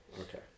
Okay